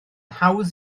hawdd